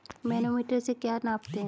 Manometer से क्या नापते हैं?